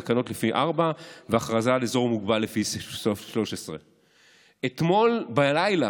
תקנות לפי 4 והכרזה על אזור מוגבל לפי סעיף 13. אתמול בלילה,